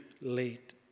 late